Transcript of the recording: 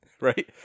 Right